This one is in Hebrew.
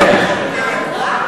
רגע,